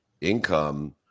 income